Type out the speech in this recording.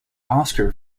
oscar